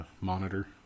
monitor